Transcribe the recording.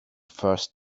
first